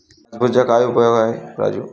पासबुकचा काय उपयोग आहे राजू?